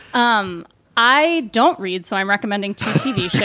um i don't read. so i'm recommending tv